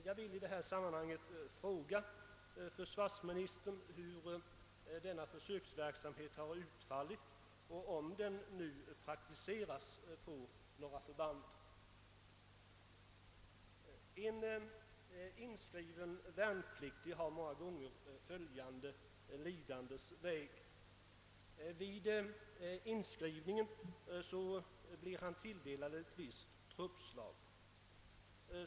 Jag vill i detta sammanhang fråga försvarsministern hur denna försöksverksamhet har utfallit och om den nu praktiseras på några förband. En inskriven värnpliktig har många gånger följande lidandes väg. Vid inskrivningen blir han tilldelad ett visst truppslag.